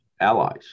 allies